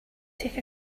take